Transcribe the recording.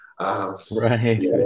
Right